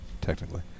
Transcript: technically